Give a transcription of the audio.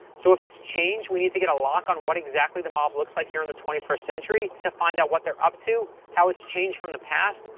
so if it's changed, we need to get a lock on what, exactly, the mob looks like here in the twenty first century, to find out what they're up to, how it's changed from the past,